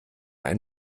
einen